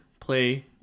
play